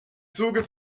zuge